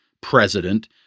president